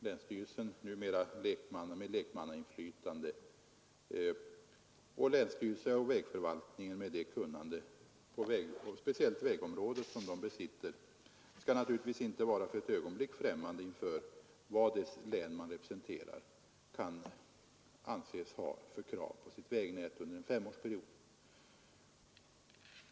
Länsstyrelsen — numera med lekmannainflytande — och vägförvaltningen skall naturligtvis inte, med det kunnande på speciellt vägområdet som de besitter, vara främmande för vad det län de representerar kan anses ha för krav på sitt vägnät under en femårsperiod.